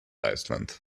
iceland